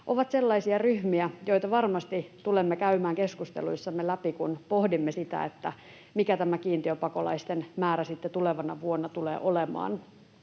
ovat sellaisia ryhmiä, joita varmasti tulemme käymään keskusteluissamme läpi, kun pohdimme sitä, mikä tämä kiintiöpakolaisten määrä sitten tulevana vuonna tulee olemaan.